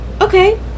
okay